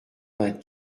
vingt